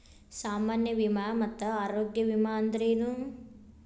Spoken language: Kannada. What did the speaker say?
ಸಾಮಾನ್ಯ ವಿಮಾ ಮತ್ತ ಆರೋಗ್ಯ ವಿಮಾ ಅಂದ್ರೇನು?